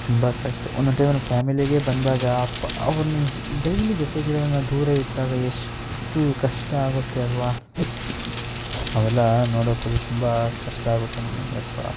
ತುಂಬ ಕಷ್ಟ ಒಂದೊಂದು ಟೈಮಲ್ಲಿ ಫ್ಯಾಮಿಲಿಗೆ ಬಂದಾಗ ಅಪ್ಪ ಅವ್ನೆ ಡೈಲಿ ಜೊತೆಗಿರುವನ ದೂರ ಇಟ್ಟಾಗ ಎಷ್ಟು ಕಷ್ಟ ಆಗುತ್ತೆ ಅಲ್ವ ಅವೆಲ್ಲ ನೋಡೋಕ್ಕೋದ್ರೆ ತುಂಬ ಕಷ್ಟ ಆಗುತ್ತೆ ನಮಗೆ ಯಪ್ಪಾ